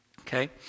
Okay